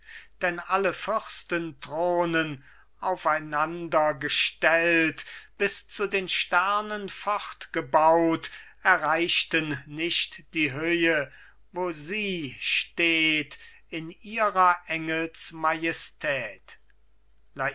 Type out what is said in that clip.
denn alle fürstenthronen aufeinander gestellt bis zu den sternen fortgebaut erreichten nicht die höhe wo sie steht in ihrer